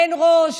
אין ראש,